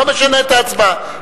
לא משנה את ההצבעה.